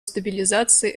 стабилизации